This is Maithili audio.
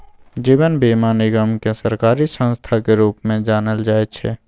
जीवन बीमा निगमकेँ सरकारी संस्थाक रूपमे जानल जाइत छै